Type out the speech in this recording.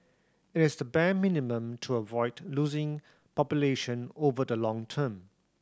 it is the bare minimum to avoid losing population over the long term